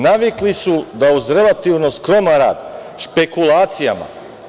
Navikli su da, uz relativno skroman rad, špekulacijama…